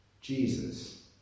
Jesus